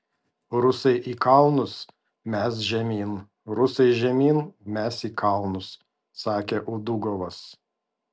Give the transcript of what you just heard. rusai į kalnus mes žemyn rusai žemyn mes į kalnus sakė udugovas